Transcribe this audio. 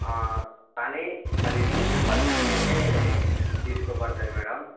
కానీ అది single person మీదనే తీసుకోబడుతుంది మేడం